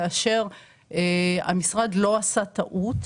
כאשר המשרד לא עשה טעות,